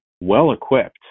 well-equipped